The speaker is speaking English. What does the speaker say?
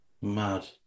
Mad